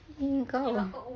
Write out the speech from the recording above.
eh kau